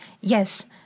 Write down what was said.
Yes